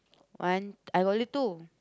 one I got only two